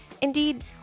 Indeed